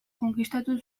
konkistatu